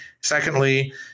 secondly